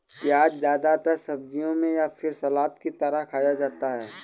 प्याज़ ज्यादातर सब्जियों में या फिर सलाद की तरह खाया जाता है